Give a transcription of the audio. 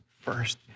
first